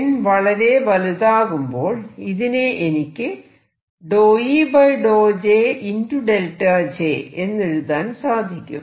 n വളരെ വലുതാകുമ്പോൾ ഇതിനെ എനിക്ക് 𝜕E 𝜕JΔJ എന്നെഴുതാൻ സാധിക്കും